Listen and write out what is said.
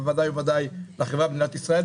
בוודאי וודאי לחברה במדינת ישראל,